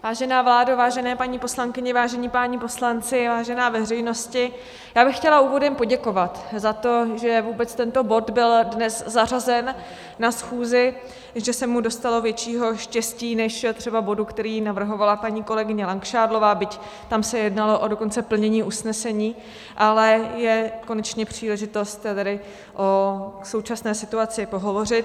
Vážená vládo, vážené paní poslankyně, vážení páni poslanci, vážená veřejnosti, já bych chtěla úvodem poděkovat za to, že vůbec byl tento bod dnes zařazen na schůzi, že se mu dostalo většího štěstí než třeba bodu, který navrhovala paní kolegyně Langšádlová, byť tam se jednalo dokonce o plnění usnesení, ale je konečně příležitost k současné situaci pohovořit.